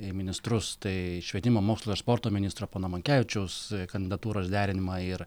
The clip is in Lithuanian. į ministrus tai švietimo mokslo ir sporto ministro pono monkevičiaus kandidatūros derinimą ir